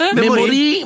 Memory